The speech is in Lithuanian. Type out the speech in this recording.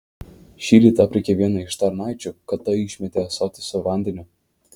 šįryt aprėkė vieną iš tarnaičių kad ta išmetė ąsotį su vandeniu